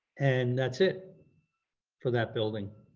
and that's it for that building.